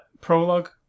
prologue